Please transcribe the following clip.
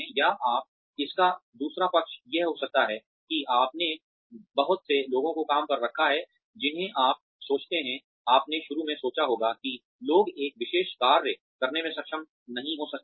या आप इसका दूसरा पक्ष यह हो सकता है कि आपने बहुत से लोगों को काम पर रखा है जिन्हें आप सोचते हैं आपने शुरू में सोचा होगा कि लोग एक विशेष कार्य करने में सक्षम नहीं हो सकते हैं